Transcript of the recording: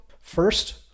First